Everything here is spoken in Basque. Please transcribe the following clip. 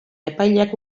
epaileek